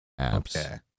apps